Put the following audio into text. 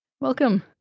Welcome